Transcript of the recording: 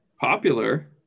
popular